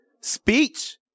speech